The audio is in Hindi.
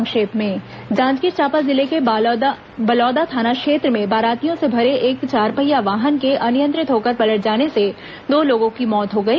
संक्षिप्त समाचार जांजगीर चांपा जिले के बलौदा थाना क्षेत्र में बारातियों से भरे एक चारपहिया वाहन के अनियंत्रित होकर पलट जाने से दो लोगों की मौत हो गई